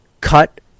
cut